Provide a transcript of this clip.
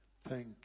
Thank